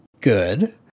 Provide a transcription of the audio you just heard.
good